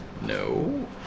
No